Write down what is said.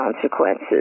consequences